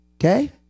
Okay